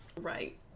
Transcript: Right